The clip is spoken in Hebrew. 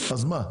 אז מה?